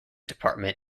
department